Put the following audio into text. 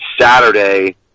Saturday